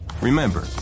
Remember